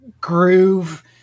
groove